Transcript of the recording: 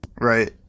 right